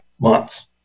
months